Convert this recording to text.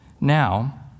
Now